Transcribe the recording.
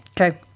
Okay